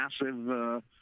massive